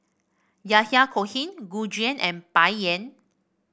Yahya Cohen Gu Juan and Bai Yan